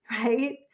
right